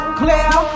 clear